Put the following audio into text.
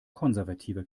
konservative